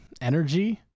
energy